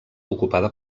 ocupada